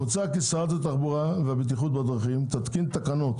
מוצע כי שרת התחבורה והבטיחות בדרכים תתקין תקנות